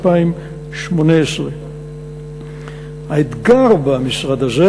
2018. האתגר במשרד הזה